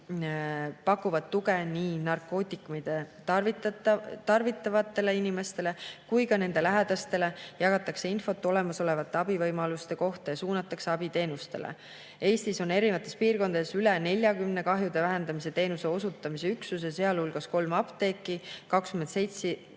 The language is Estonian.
pakuvad tuge nii narkootikume tarvitavatele inimestele kui ka nende lähedastele. Jagatakse infot olemasolevate abivõimaluste kohta ja suunatakse abiteenustele. Eestis on erinevates piirkondades üle 40 kahjude vähendamise teenuse osutamise üksuse, sealhulgas kolm apteeki, 27